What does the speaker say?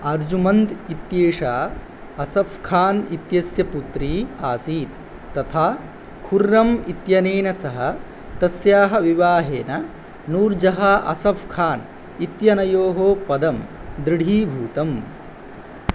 अर्जुमन्द् इत्येषा असफ़्खान् इत्यस्य पुत्री आसीत् तथा खुर्रम् इत्यनेन सह तस्याः विवाहेन नूर्जहा असफ़्खान् इत्यनयोः पदं दृढीभूतम्